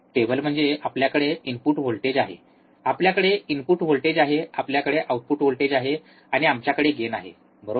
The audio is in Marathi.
टेबल म्हणजे आपल्याकडे इनपुट व्होल्टेज आहे आपल्याकडे इनपुट व्होल्टेज आहे आपल्याकडे आउटपुट व्होल्टेज आहे आणि आमच्याकडे गेन आहे बरोबर